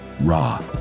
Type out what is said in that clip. raw